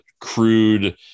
crude